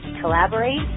collaborate